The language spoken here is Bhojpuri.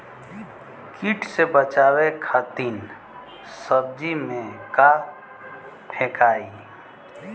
कीट से बचावे खातिन सब्जी में का फेकाई?